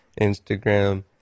Instagram